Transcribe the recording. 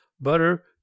butter